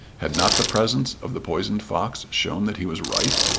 had not the presence of the poisoned fox shown that he was right?